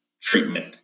treatment